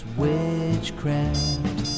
witchcraft